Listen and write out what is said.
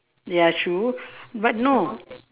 ya shoe but no